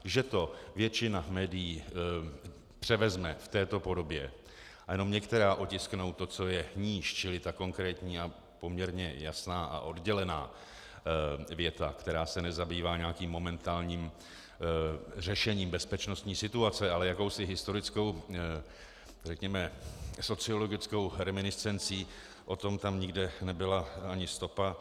Že to většina médií převezme v této podobě a jenom některá otisknou to, co je níž, čili ta konkrétní a poměrně jasná a oddělená věta, která se nezabývá nějakým momentálním řešením bezpečnostní situace, ale jakousi historickou, řekněme sociologickou, reminiscencí, o tom tam nikde nebyla ani stopa.